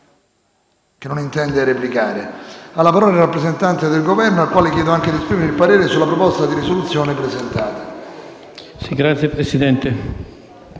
Grazie, Presidente.